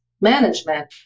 management